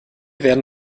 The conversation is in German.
werden